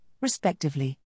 respectively